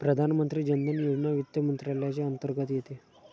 प्रधानमंत्री जन धन योजना वित्त मंत्रालयाच्या अंतर्गत येते